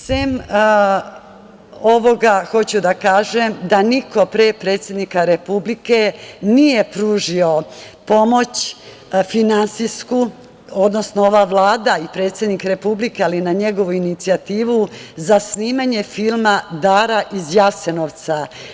Sem ovog, hoću da kažem da niko pre predsednika republike nije pružio pomoć finansijsku, odnosno ova Vlada i predsednik republike, ali na njegovu inicijativu za snimanje filma „Dara iz Jasenovca“